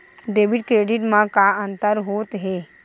Debit credit मा का अंतर होत हे?